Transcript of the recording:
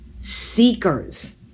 seekers